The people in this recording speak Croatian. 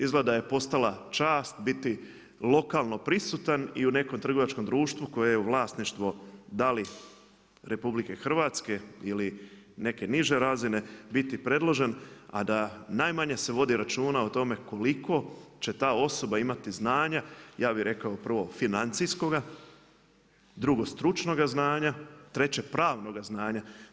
Izgleda da je postala čast biti lokalno prisutan i u nekom trgovačkom društvu koje je vlasništvo da li Republike Hrvatske ili neke niže razine biti predložen, a da najmanje se vodi računa o tome koliko će ta osoba imati znanja ja bih rekao prvo financijskoga, drugo stručnoga znanja, treće pravnoga znanja.